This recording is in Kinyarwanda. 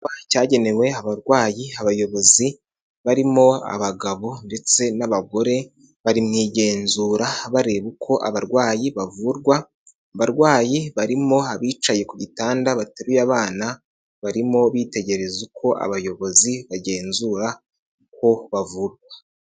Cyagenewe abarwayi abayobozi barimo abagabo ndetse n'abagore, bari mu igenzura bareba uko abarwayi bavurwa, abarwayi barimo abicaye ku gitanda bateruye abana, barimo bitegereza uko abayobozi bagenzura uko bavurwa.